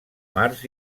març